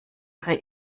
ihre